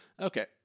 Okay